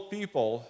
people